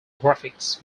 graphics